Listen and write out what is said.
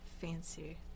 Fancy